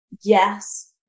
yes